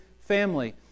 family